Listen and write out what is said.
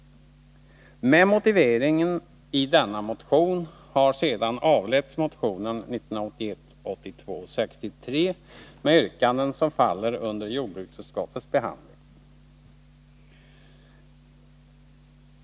Med motiveringen i denna motion har sedan avletts motionen 1981/82:63 med yrkanden som faller under jordbruksutskottets behandling.